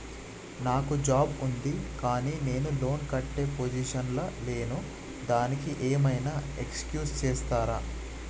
నాకు జాబ్ ఉంది కానీ నేను లోన్ కట్టే పొజిషన్ లా లేను దానికి ఏం ఐనా ఎక్స్క్యూజ్ చేస్తరా?